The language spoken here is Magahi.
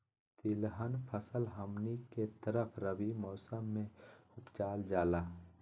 तिलहन फसल हमनी के तरफ रबी मौसम में उपजाल जाला